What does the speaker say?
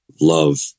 love